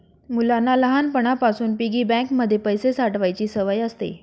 मुलांना लहानपणापासून piggy bank मध्ये पैसे साठवायची सवय असते